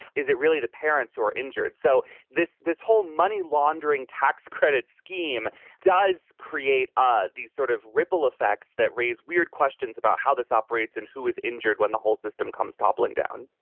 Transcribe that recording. is it really the parents who are injured? so this this whole money laundering tax credit scheme does create ah these sort of ripple effects that raise weird questions about how this operates and who is injured when the whole system comes tumbling down